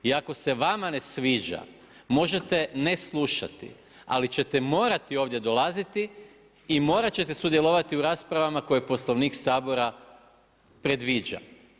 I ako se vama ne sviđa možete ne slušati, ali ćete morati ovdje dolaziti i morat ćete sudjelovati u raspravama koje Poslovnik Sabora predviđa.